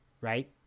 Right